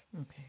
Okay